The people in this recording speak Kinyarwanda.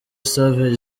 savage